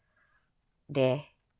there